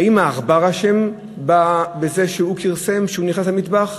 האם העכבר אשם בזה שהוא כרסם, שהוא נכנס למטבח?